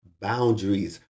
boundaries